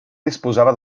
disposava